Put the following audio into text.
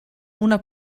una